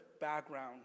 background